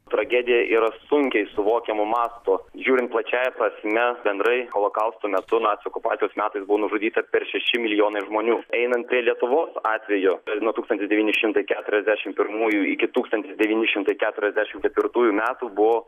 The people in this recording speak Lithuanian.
tragedija yra sunkiai suvokiamo masto žiūrint plačiąja prasme bendrai holokausto metu nacių okupacijos metais buvo nužudyta per šeši milijonai žmonių einant prie lietuvos atvejo nuo tūkstantis devyni šimtai keturiasdešim pirmųjų iki tūkstantis devyni šimtai keturiasdešim ketvirtųjų metų buvo